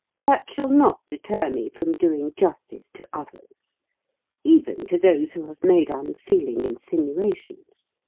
that shall not deter me from doing justice to others even to those who have made unfeeling insinuations.